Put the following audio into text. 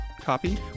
copy